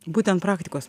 būtent praktikos